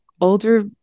older